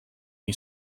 you